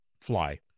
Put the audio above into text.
Fly